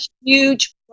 huge